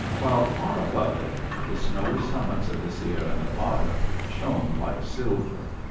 while far above it the snowy sum mits of the sierra nevada shone like silver.